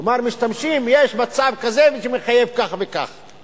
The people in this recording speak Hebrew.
כלומר, משתמשים, יש מצב כזה שמחייב כך וכך.